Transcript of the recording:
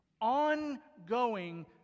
ongoing